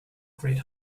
great